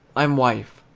i'm wife!